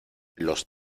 los